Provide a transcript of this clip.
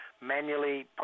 manually